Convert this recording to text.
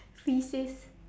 faeces